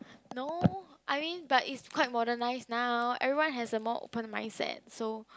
no I mean but it's quite modernized now everyone has a more opened mindset so